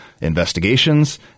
investigations